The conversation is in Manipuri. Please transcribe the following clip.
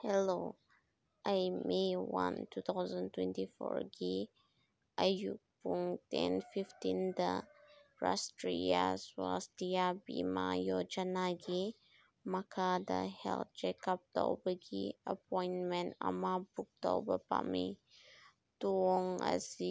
ꯍꯂꯣ ꯑꯩ May one two thousand twenty ꯐꯣꯔꯒꯤ ꯑꯌꯨꯛ ꯄꯨꯡ ꯇꯦꯟ ꯐꯤꯐꯇꯤꯟꯗ ꯔꯥꯁꯇ꯭ꯔꯤꯌꯥ ꯁ꯭ꯋꯥꯁꯇꯤꯌꯥ ꯕꯤꯃꯥ ꯌꯣꯖꯅꯥꯒꯤ ꯃꯈꯥꯗ ꯍꯦꯜꯠ ꯆꯦꯀꯞ ꯇꯧꯕꯒꯤ ꯑꯄꯣꯏꯟꯃꯦꯟ ꯑꯃ ꯕꯨꯛ ꯇꯧꯕ ꯄꯥꯝꯃꯤ ꯇꯣꯡ ꯑꯁꯤ